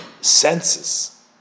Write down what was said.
senses